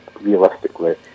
realistically